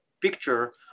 picture